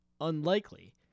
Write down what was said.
unlikely